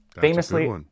Famously